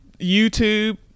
YouTube